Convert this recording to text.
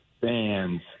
fans